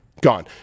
gone